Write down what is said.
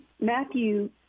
Matthew